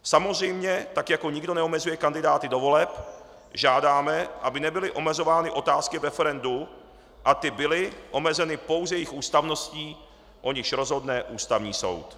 Samozřejmě tak jako nikdo neomezuje kandidáty do voleb, žádáme, aby nebyly omezovány otázky v referendu a ty byly omezeny pouze jejich ústavností, o níž rozhodne Ústavní soud.